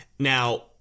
Now